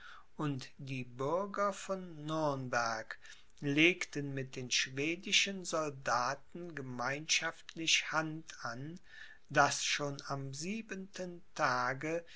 und die bürger von nürnberg legten mit den schwedischen soldaten gemeinschaftlich hand an daß schon am siebenten tage